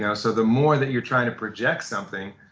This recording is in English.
yeah so the more that you're trying to project something,